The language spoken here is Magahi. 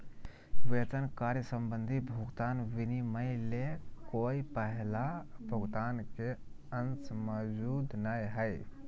वेतन कार्य संबंधी भुगतान विनिमय ले कोय पहला भुगतान के अंश मौजूद नय हइ